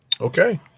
Okay